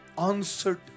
answered